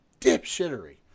dipshittery